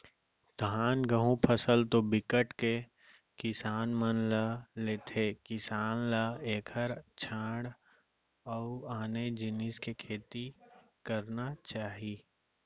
धान, गहूँ फसल तो बिकट के किसान मन ह लेथे किसान ल एखर छांड़ अउ आने जिनिस के खेती करना चाही